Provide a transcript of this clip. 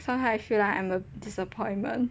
so I feel like I'm a disappointment